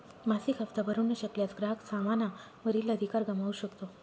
मासिक हप्ता भरू न शकल्यास, ग्राहक सामाना वरील अधिकार गमावू शकतो